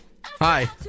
Hi